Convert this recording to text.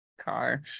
car